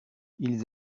ils